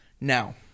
Now